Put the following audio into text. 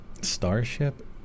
Starship